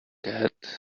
cat